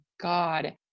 God